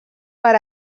per